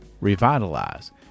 revitalize